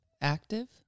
active